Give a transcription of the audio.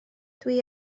dwi